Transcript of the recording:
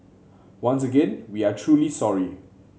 once again we are truly sorry